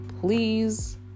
please